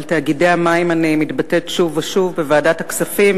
על תאגידי המים אני מתבטאת שוב ושוב בוועדת הכספים,